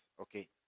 Okay